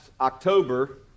October